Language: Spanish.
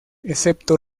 excepto